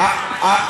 מה ההבדל?